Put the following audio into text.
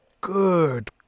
good